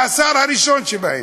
והשר הראשון שבהם.